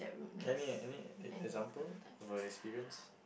any any example of a experience